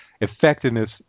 effectiveness